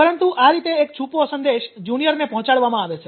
પરંતુ આ રીતે એક છુપો સંદેશ જુનિયરને પહોંચાડવામાં આવે છે